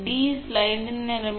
5 MVAr சரி என்று அர்த்தம்